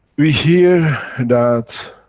we hear that,